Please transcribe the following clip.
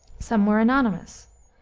some were anonymous,